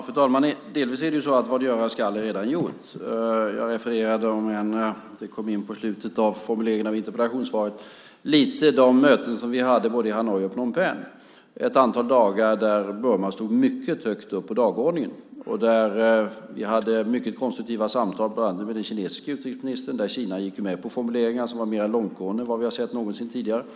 Fru talman! Delvis är det så att vad göras skall är redan gjort. Jag kom i en formulering i slutet av interpellationssvaret lite grann in på de möten som vi haft i både Hanoi och Phnom Penh under ett antal dagar och där Burma fanns mycket högt upp på dagordningen. Vi hade mycket konstruktiva samtal bland annat med den kinesiske utrikesministern där Kina gick med på formuleringar som var mer långtgående än vi någonsin tidigare sett.